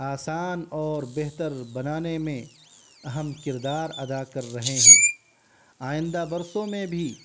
آسان اور بہتر بنانے میں اہم کردار ادا کر رہے ہیں آئندہ برسوں میں بھی